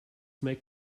make